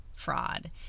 fraud